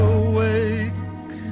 awake